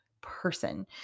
person